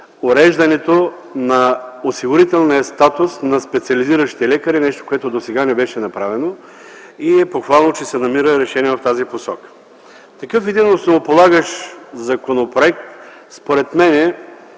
уреждането на осигурителния статус на специализиращи лекари – нещо, което досега не беше направено. Похвално е, че се намира решение в тази посока. Такъв един основополагащ законопроект, според мен